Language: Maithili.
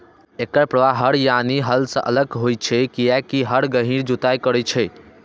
एकर प्रभाव हर यानी हल सं अलग होइ छै, कियैकि हर गहींर जुताइ करै छै